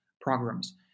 programs